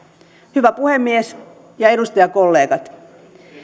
hyvä puhemies ja edustajakollegat